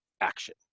action